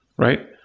right?